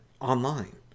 online